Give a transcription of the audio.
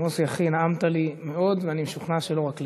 מוסי, אחי, נעמת לי מאוד, ואני משוכנע שלא רק לי.